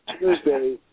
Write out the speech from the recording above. Tuesday